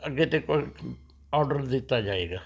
ਅੱਗੇ ਤੋਂ ਕੋਈ ਓਡਰ ਦਿੱਤਾ ਜਾਵੇਗਾ